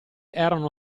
erano